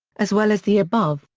as well as the above,